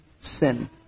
sin